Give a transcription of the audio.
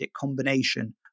combination